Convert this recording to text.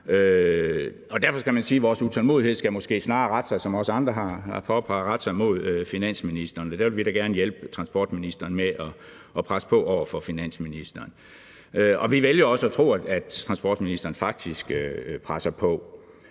derfor skal man sige, at vores utålmodighed måske snarere skal, som også andre har påpeget, rette sig mod finansministeren, og vi vil gerne hjælpe transportministeren med at presse på over for finansministeren. Vi vælger også at tro, at transportministeren faktisk presser på.